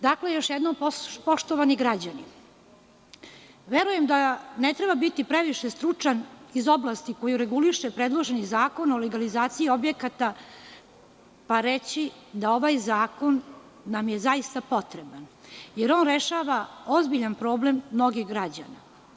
Dakle, još jednom, poštovani građani, verujem da ne treba biti previše stručan iz oblasti koju reguliše predloženi Zakon o legalizaciji objekata, pa reći da nam je ovaj zakon zaista potreban, jer on rešava ozbiljan problem mnogih građana.